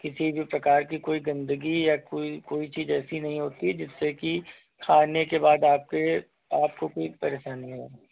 किसी भी प्रकार की कोई गंदगी या कोई चीज ऐसी नही होती है जिससे कि खाने के बाद आपके आपको कोई परेशानी हो